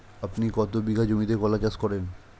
আপনি কত বিঘা জমিতে কলা চাষ করেন?